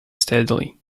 steadily